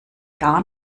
gar